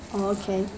oh okay